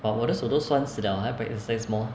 but 我的手都酸死了你还 prac~ exercise more